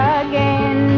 again